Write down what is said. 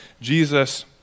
Jesus